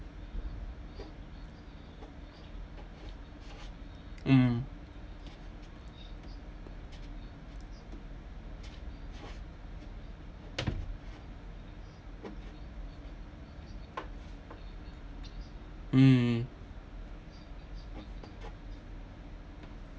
mm mm